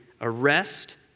arrest